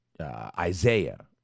Isaiah